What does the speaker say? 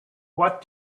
what